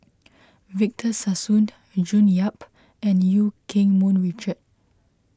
Victor Sassoon June Yap and Eu Keng Mun Richard